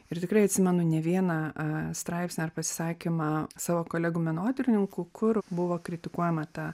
ir tikrai atsimenu ne vieną straipsnį pasisakymą savo kolegų menotyrininkų kur buvo kritikuojama ta